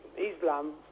Islam